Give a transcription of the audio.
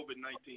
COVID-19